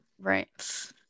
Right